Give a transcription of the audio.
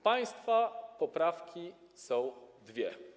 Państwa poprawki są dwie.